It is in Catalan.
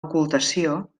ocultació